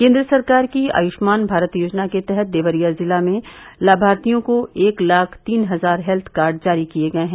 केन्द्र सरकार की आयुष्मान भारत योजना के तहत देवरिया जिला में लाभार्थियों को एक लाख तीन हजार हेल्थ कार्ड जारी किये गये हैं